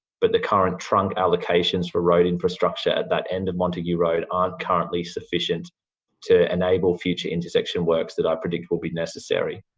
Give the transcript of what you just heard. but the current trunk allocations for road infrastructure at that end of montague road aren't currently sufficient to enable future intersection works that i predict will be necessary.